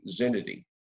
Zenity